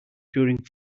during